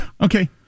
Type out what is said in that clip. Okay